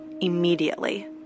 immediately